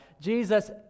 Jesus